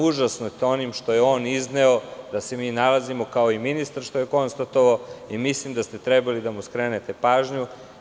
Užasnut sam onim što je on izneo, da se mi nalazimo, kao i ministar što je konstatovao, i mislim da ste trebali da mu skrenete pažnju.